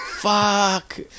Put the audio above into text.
Fuck